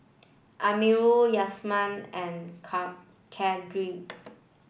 Amirul Yasmin and Khadija